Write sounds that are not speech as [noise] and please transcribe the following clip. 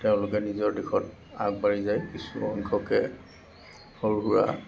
তেওঁলোকৰ নিজৰ দিশত আগবাঢ়ি যায় কিছুসংখ্যকে [unintelligible]